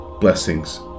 blessings